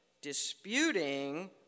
Disputing